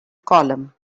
column